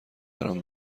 برام